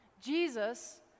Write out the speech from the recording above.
Jesus